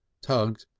tugged,